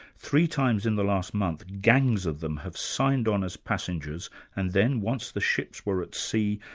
three times in the last month, gangs of them have signed on as passengers and then once the ships were at sea,